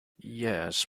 yes